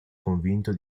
convinto